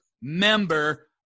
member